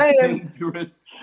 dangerous